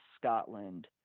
scotland